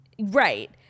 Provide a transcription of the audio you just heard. Right